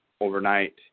overnight